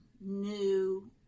new